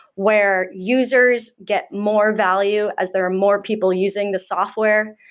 where users get more value as there are more people using the software.